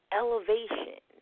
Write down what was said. elevation